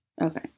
Okay